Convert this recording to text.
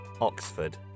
Oxford